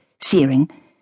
searing